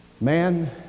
Man